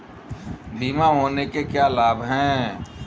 बीमा होने के क्या क्या लाभ हैं?